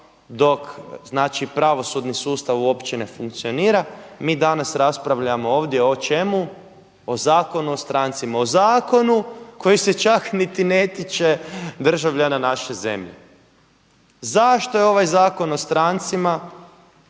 pravosudni sustav uopće ne funkcionira mi danas raspravljamo ovdje o čemu? O Zakon u o strancima, o zakonu koji se čak niti ne tiče državljana naše zemlje. Zašto je ovaj Zakon o strancima